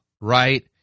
right